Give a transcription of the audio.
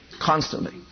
constantly